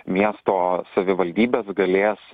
miesto savivaldybės galės